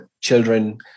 children